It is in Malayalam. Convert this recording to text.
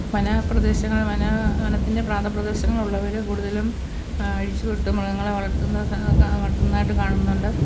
വന പ്രദേശങ്ങൾ വന വനത്തിൻ്റെ പ്രാന്തപ്രദേശങ്ങൾ ഉള്ളവര് കൂടുതലും അഴിച്ച് വിട്ട് മൃഗങ്ങളെ വളർത്തുന്ന വളർത്തുന്നതായിട്ട് കാണുന്നുണ്ട്